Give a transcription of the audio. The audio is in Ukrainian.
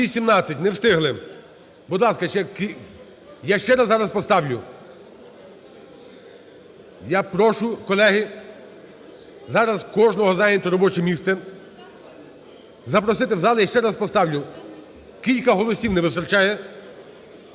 Не встигли. Будь ласка, я ще раз зараз поставлю… Я прошу, колеги, зараз кожного зайняти робоче місце… запросити в зал я ще раз поставлю, кілька голосів не вистачає.